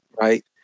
right